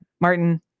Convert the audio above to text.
Martin